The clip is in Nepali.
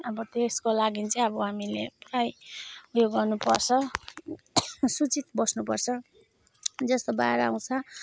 अब त्यसको लागि चाहिँ अब हामीले काहीँ यो गर्नुपर्छ सूचित बस्नुपर्छ जस्तो बाढ आउँछ